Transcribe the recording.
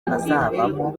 azavamo